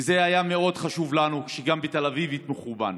וזה היה מאוד חשוב לנו שגם בתל אביב יתמכו בנו.